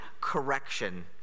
correction